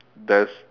there's